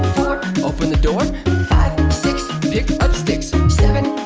open the door five, six pick up sticks seven,